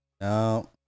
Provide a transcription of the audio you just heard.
no